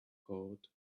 coat